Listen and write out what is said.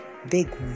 big